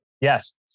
Yes